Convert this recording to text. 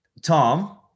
Tom